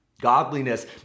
Godliness